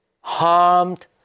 harmed